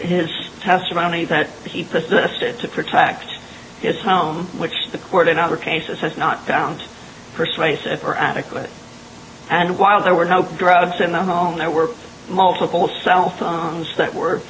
his testimony that he persisted to protect his home which the court in other cases has not found persuasive or adequate and while there were no drugs in the home there were multiple cell phones that were